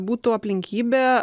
būtų aplinkybė